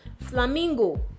Flamingo